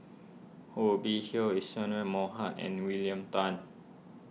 Hubert Hill Isadhora Mohamed and William Tan